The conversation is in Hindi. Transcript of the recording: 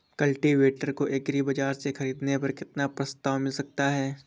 कल्टीवेटर को एग्री बाजार से ख़रीदने पर कितना प्रस्ताव मिल सकता है?